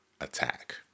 Attack